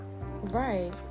right